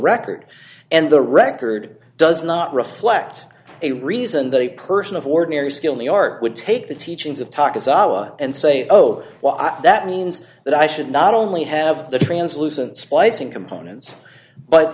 record and the record does not reflect a reason that a person of ordinary skill in the ark would take the teachings of tacos allah and say oh well that means that i should not only have the translucent splicing components but